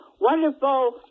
wonderful